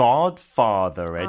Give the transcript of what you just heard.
Godfather